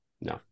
No